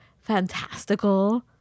fantastical